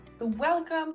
Welcome